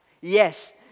Yes